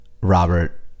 Robert